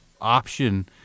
option